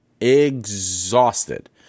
Exhausted